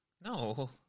No